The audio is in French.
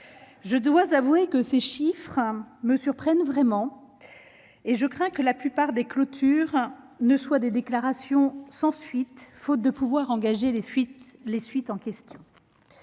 Je dois avouer que ces chiffres me surprennent vraiment, et je crains que la plupart des clôtures ne soient des déclarations sans suite, faute de pouvoir engager les suites en question.